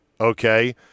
Okay